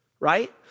right